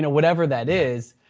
whatever that is.